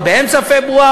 או באמצע פברואר,